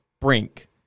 Brink